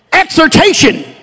Exhortation